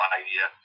idea